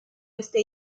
este